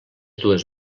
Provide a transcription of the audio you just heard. dues